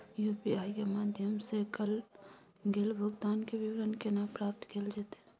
UPI के माध्यम सं कैल गेल भुगतान, के विवरण केना प्राप्त कैल जेतै?